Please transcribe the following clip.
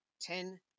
Ten